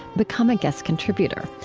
become a guest contributor.